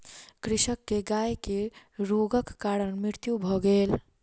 कृषक के गाय के रोगक कारण मृत्यु भ गेल